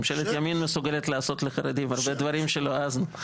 ממשלת ימין מסוגלת לעשות לחרדים הרבה דברים שלא העזנו.